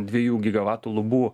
dviejų gigavatų lubų